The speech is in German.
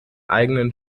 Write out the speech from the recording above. eigenen